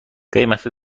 قیمت